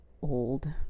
old